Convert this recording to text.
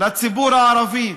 לציבור הערבי,